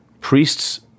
priests